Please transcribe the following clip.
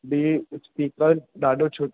ॿियो स्पीकर ॾाढो छ